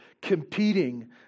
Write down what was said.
competing